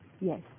Yes